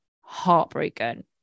heartbroken